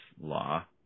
law